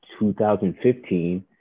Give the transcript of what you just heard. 2015